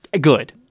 Good